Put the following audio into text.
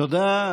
תודה.